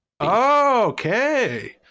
Okay